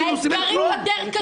האתגרים קשים יותר.